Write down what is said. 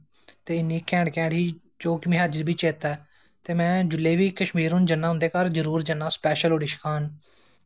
ते इ्नी घैंट घैंट ही मिगी अज्ज बी चेत्ता ऐ ते में हुन जिसलै बी कस्मीर जन्नां ते उंदे घऱ जरूर जन्नां ओह् डिश खान